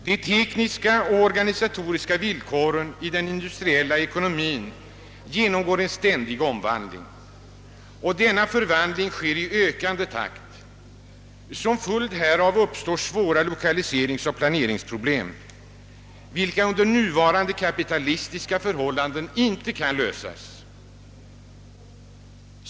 De tekniska och organisatoriska villkoren i den industriella ekonomin genomgår en ständig omvandling, och denna omvandling sker i ökande takt. Som följd härav uppstår svåra lokaliseringsoch planeringsproblem, vilka under nuvarande kapitalistiska förhållanden inte kan lösas.